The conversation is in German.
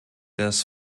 des